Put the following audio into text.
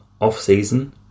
off-season